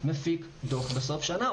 מפיק דוח בסוף שנה,